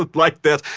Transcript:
like that.